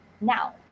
now